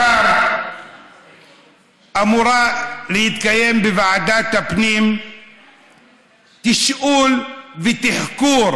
מחר אמור להתקיים בוועדת הפנים תשאול ותחקור